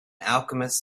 alchemist